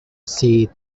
see